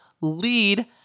lead